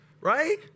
right